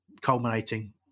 culminating